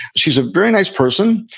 she's a very nice person.